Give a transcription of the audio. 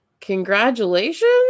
congratulations